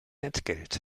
entgelt